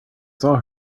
saw